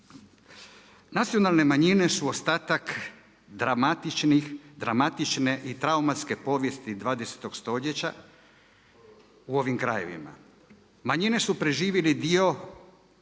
nacionalne manjine su ostatak dramatičnih, dramatične i traumatske povijesti 20. stoljeća u ovim krajevima. Manjine su preživjele dio